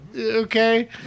Okay